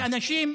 כי אנשים,